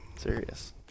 Serious